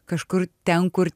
kažkur ten kur